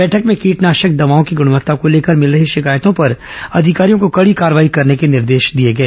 बैठक में कीटनाशक दवाओं की गुणवत्ता को लेकर मिल रही शिकायतों पर अधिकारियों को कड़ी कार्रवाई करने के निर्देश दिए गए